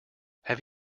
have